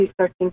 searching